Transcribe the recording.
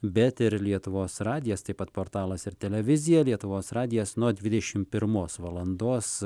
bet ir lietuvos radijas taip pat portalas ir televizija lietuvos radijas nuo dvidešim pirmos valandos